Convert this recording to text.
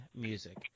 music